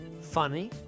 Funny